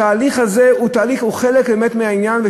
התהליך הזה הוא חלק באמת מהעניין.